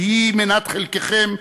שהיא מנת חלקכם,